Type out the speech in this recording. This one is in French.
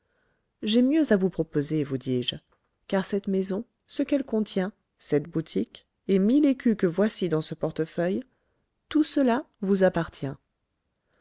j'ai mieux à vous proposer vous dis-je car cette maison ce qu'elle contient cette boutique et mille écus que voici dans ce portefeuille tout cela vous appartient